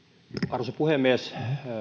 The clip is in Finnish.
arvoisa puhemies